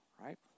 right